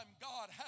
God